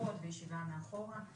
מסכות וישיבה מאחורה.